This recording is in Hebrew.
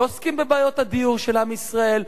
לא עוסקים בבעיות הדיור של עם ישראל,